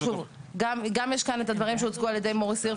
גם יש כאן את הדברים שהוצגו על ידי מוריס הירש,